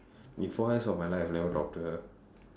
in four years of my life I've never talked to her